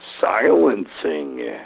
silencing